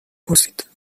پرسید